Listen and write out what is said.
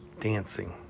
Dancing